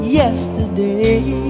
yesterday